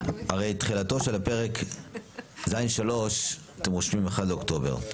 הרי תחילתו של הפרק ז'3 אתם רושמים 1 באוקטובר.